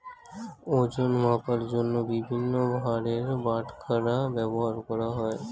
ওজন মাপার জন্য বিভিন্ন ভারের বাটখারা ব্যবহার করা হয়